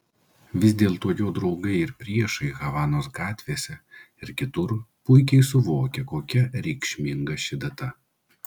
vis dėlto jo draugai ir priešai havanos gatvėse ir kitur puikiai suvokia kokia reikšminga ši data